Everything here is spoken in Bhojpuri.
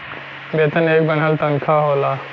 वेतन एक बन्हल तन्खा होला